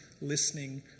listening